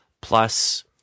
Plus